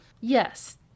yes